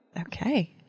Okay